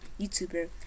YouTuber